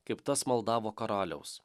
kaip tas maldavo karaliaus